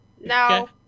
No